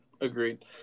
Agreed